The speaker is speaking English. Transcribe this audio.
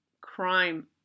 crime